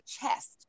chest